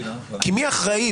כי מי אחראי?